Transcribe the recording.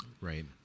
Right